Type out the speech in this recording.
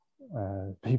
people